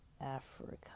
Africa